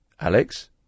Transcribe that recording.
Alex